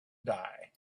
die